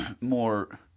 more